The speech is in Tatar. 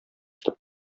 итеп